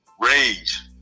Rage